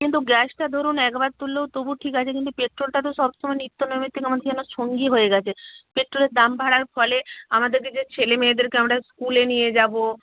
কিন্তু গ্যাসটা ধরুন একবার তুললেও তবু ঠিক আছে কিন্তু পেট্রোলটা তো সব সময় নিত্য নৈমিত্তিক আমাদের যেন সঙ্গী হয়ে গেছে পেট্রোলের দাম বাড়ার ফলে আমাদেরকে যে ছেলে মেয়েদেরকে আমরা স্কুলে নিয়ে যাব